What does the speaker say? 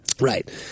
Right